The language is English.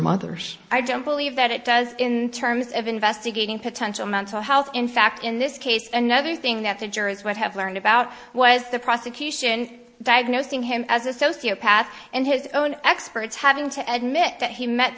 others i don't believe that it does in terms of investigating potential mental health in fact in this case and the other thing that the jurors would have learned about was the prosecution diagnosing him as a sociopath and his own experts having to admit that he met